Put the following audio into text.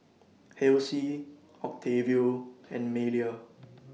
Halsey Octavio and Malia